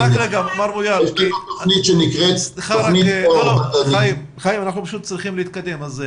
יש לי תכנית שנקראת --- חיים אנחנו פשוט צריכים להתקדם.